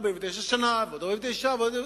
49 שנה ועוד 49 שנה,